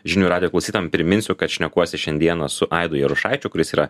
žinių radijo klausytojam priminsiu kad šnekuosi šiandieną su aidu jarušaičiu kuris yra